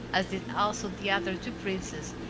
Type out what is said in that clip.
as did also the other two princes,